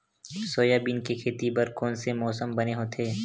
Soybean के खेती बर कोन से मौसम बने होथे?